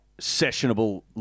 sessionable